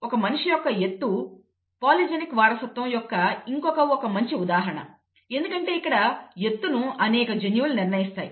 ఒక మనిషి యొక్క ఎత్తు పాలిజెనిక్ వారసత్వం యొక్క ఇంకొక ఒక మంచి ఉదాహరణ ఎందుకంటే ఇక్కడ ఎత్తును అనేక జన్యువులు నిర్ణయిస్తాయి